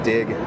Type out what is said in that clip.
Dig